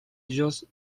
ellos